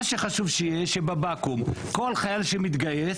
מה שחשוב שיהיה שבבקו"ם כל חייל שמתגייס